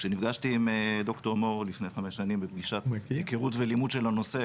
כשנפגשתי עם ד"ר מור לפני חמש שנים בפגישת היכרות ולימוד של הנושא,